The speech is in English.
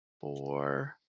four